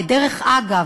ודרך אגב,